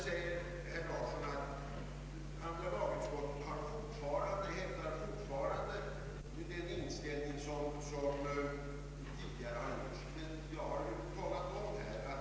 Om en enskild person vill fylla denna servicefunktion, varför skall vi då förbjuda honom att göra detta?